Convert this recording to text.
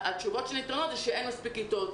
התשובה שניתנה היא שאין מספיק כיתות,